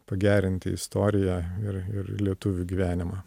pagerinti istoriją ir ir lietuvių gyvenimą